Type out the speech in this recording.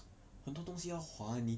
很多东西要还你